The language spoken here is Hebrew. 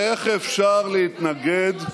איך אפשר להתנגד,